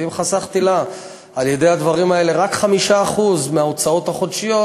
ואם חסכתי לה על-ידי הדברים האלה רק 5% מההוצאות החודשיות,